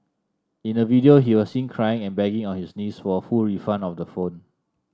in a video he was seen crying and begging on his knees for a full refund of the phone